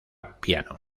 piano